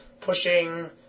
pushing